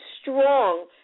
strong